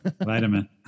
vitamin